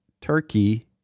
Turkey